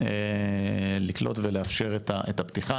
לקלוט ולאפשר את הפתיחה,